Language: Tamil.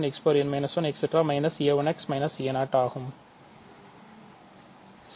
a1x a0 ஆகும்